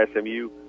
SMU